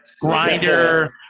grinder